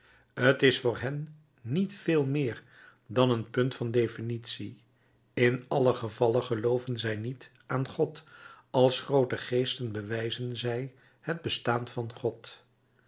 t is voor hen niet veel meer dan een punt van definitie in allen gevalle gelooven zij niet aan god als groote geesten bewijzen zij het bestaan van god